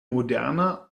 moderner